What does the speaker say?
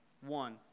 One